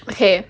okay